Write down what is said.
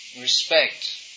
respect